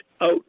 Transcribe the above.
out